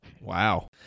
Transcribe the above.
Wow